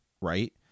Right